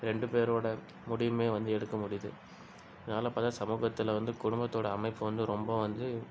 ரெண்டு பேரோட முடிவுமே வந்து எடுக்க முடியுது அதனால் பார்த்தா சமூகத்தில் வந்து குடும்பத்தோட அமைப்பு வந்து ரொம்ப வந்து